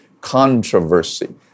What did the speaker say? controversy